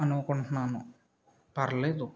అనుకుంటున్నాను పర్వాలేదు